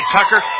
Tucker